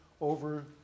over